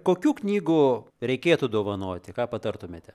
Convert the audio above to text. kokių knygų reikėtų dovanoti ką patartumėte